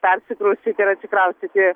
persikraustyti ir atsikraustyti